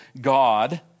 God